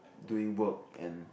doing work and